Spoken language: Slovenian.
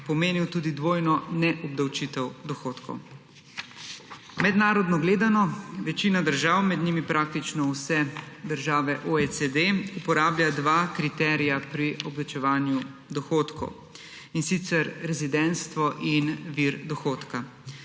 pomenil tudi dvojno neobdavčitev dohodkov. Mednarodno gledano, večina držav, med njimi praktično vse države OECD, uporablja dva kriterija pri obdavčevanju dohodkov, in sicer rezidentstvo in vir dohodka.